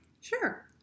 Sure